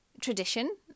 tradition